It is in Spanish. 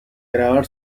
grabar